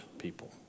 people